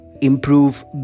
improve